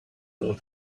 old